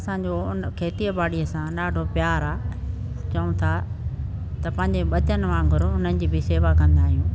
असांजो उन खेतीअ ॿाड़ीअ सां ॾाढो प्यारु आहे चऊं था त पंहिंजे वचन वांगुरु उन्हनि जी बि सेवा कंदा आहियूं